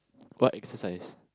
what exercise